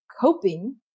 coping